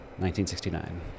1969